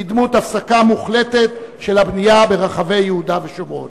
בדמות הפסקה מוחלטת של הבנייה ברחבי יהודה ושומרון.